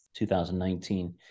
2019